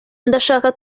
ndashaka